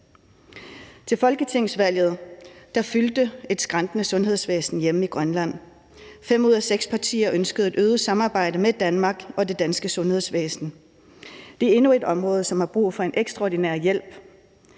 Til folketingsvalget fyldte et skrantende sundhedsvæsen hjemme i Grønland. Fem ud af seks partier ønskede et øget samarbejde med Danmark og det danske sundhedsvæsen. Det er endnu et område, som har brug for en ekstraordinær hjælp,